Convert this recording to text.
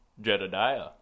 Jedediah